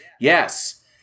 Yes